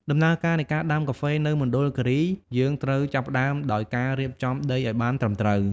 ដំណើរការនៃការដាំកាហ្វេនៅមណ្ឌលគិរី យើងត្រូវចាប់ផ្ដើមដោយការរៀបចំដីឱ្យបានត្រឹមត្រូវ។